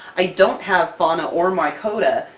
i don't have fauna or mycota,